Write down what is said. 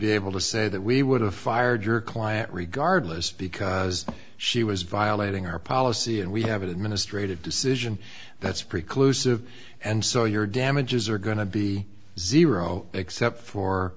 be able to say that we would have fired your client regardless because she was violating our policy and we have an administrative decision that's pretty close of and so your damages are going to be zero except for